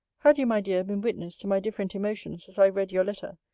had you, my dear, been witness to my different emotions, as i read your letter,